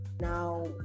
Now